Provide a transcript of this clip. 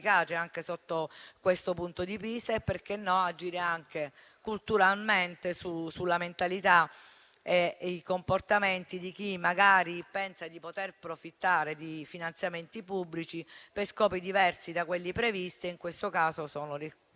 anche sotto questo punto di vista e - perché no - agire anche culturalmente sulla mentalità e i comportamenti di chi magari pensa di poter profittare di finanziamenti pubblici per scopi diversi da quelli previsti, che sono la